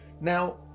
Now